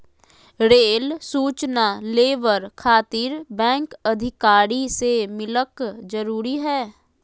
Rail सूचना labour खातिर bank अधिकारी से मिलक जरूरी है?